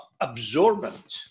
absorbent